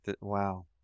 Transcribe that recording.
Wow